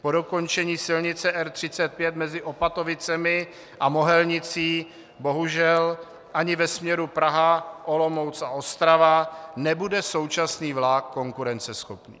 Po dokončení silnice R 35 mezi Opatovicemi a Mohelnicí bohužel ani ve směru Praha, Olomouc a Ostrava nebude současný vlak konkurenceschopný.